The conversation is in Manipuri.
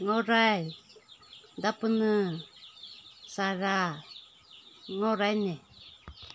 ꯉꯧꯔꯥꯏ ꯗꯄꯨꯅꯥ ꯁꯔꯥ ꯉꯧꯔꯥꯏꯅꯦ